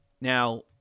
Now